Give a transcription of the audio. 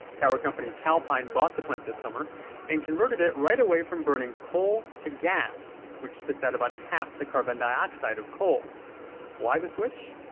power company calpine bought the plant this summer and converted it right away from burning coal to gas, which spits out about half the carbon dioxide of coal why the switch?